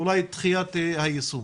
אולי בדחיית היישום.